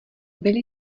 byli